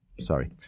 sorry